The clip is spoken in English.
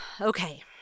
Okay